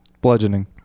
Bludgeoning